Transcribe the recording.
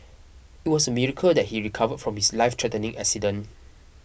it was a miracle that he recovered from his lifethreatening accident